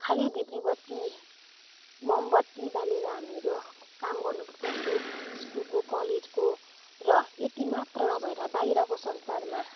खाली धिब्री बत्ती मोमबत्ती बालेर हामीहरू काम गर्नु पर्छ हाम्रो स्कुलको कलेजको र यतिमात्र नभएर बाहिरको संसारमा